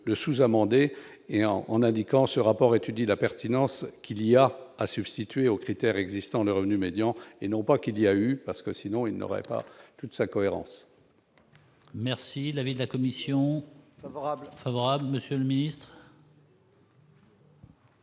le sous-amendé et on on a dit quand ce rapport étudie la pertinence qu'il y a à substituer aux critères existants, le revenu médian et non pas qu'il y a eu parce que sinon il n'aurait pas toute sa cohérence. Merci l'avis de la commission favorable, Monsieur le Ministre.